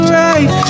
right